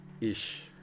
ish